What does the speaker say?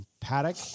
paddock